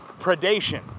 predation